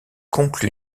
conclu